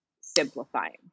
simplifying